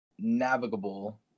navigable